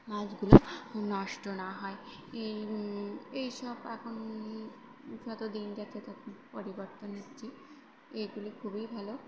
মাছগুলো নষ্ট না হয় এই এই সব এখন যত দিন যাচ্ছে তত পরিবর্তন হচ্ছে এইগুলি খুবই ভালো